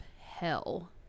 Hell